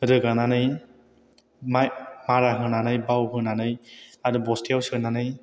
रोगानानै माइ मारा होनानै बावहोनानै आरो बस्तायाव सोनानै